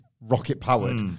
rocket-powered